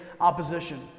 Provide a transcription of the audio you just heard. opposition